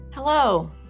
Hello